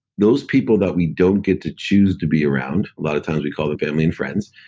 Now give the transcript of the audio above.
those people that we don't get to choose to be around, a lot of times we call it family and friends.